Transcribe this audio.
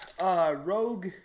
Rogue